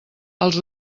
els